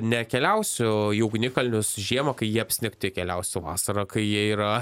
nekeliausiu į ugnikalnius žiemą kai jie apsnigti keliausiu vasarą kai jie yra